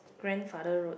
grandfather road